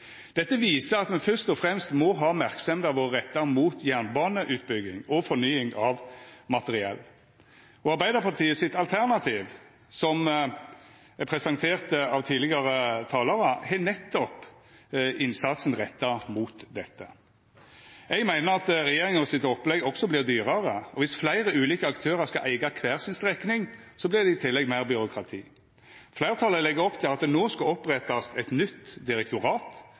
Dette viser at me først og fremst må ha merksemda vår retta mot jernbaneutbygging og fornying av materiell. Arbeidarpartiet sitt alternativ, som er presentert av tidlegare talarar, har nettopp innsatsen retta mot dette. Eg meiner at regjeringa sitt opplegg også vert dyrare, og viss fleire ulike aktørar skal eiga kvar si strekning, vert det i tillegg meir byråkrati. Fleirtalet legg opp til at det no skal opprettast eit nytt direktorat,